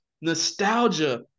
nostalgia